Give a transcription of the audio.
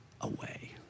away